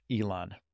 Elon